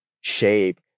shape